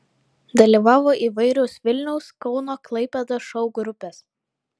dalyvavo įvairios vilniaus kauno klaipėdos šou grupės